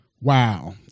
Wow